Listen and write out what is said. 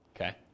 Okay